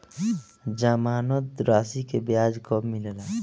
जमानद राशी के ब्याज कब मिले ला?